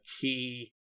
key